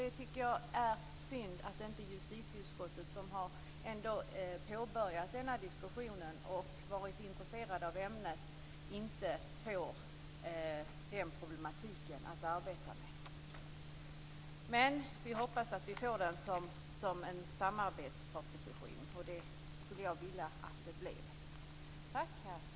Jag tycker att det är synd att justitieutskottet, som ändå har påbörjat denna diskussion och visat intresse för ämnet, inte får arbeta vidare med den problematiken. Men vi hoppas att vi får den som en samarbetsproposition. Det skulle jag vilja att den blev.